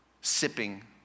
sipping